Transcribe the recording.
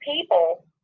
people